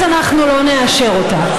אז אנחנו לא נאשר אותה.